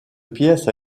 pièce